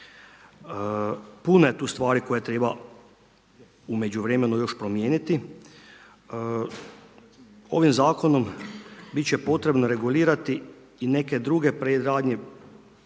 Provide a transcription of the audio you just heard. Puno je tu stvari koje treba u međuvremenu još promijeniti. Ovim Zakonom bit će potrebno regulirati i neke druge predradnje,